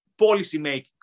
policymaking